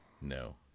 No